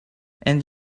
and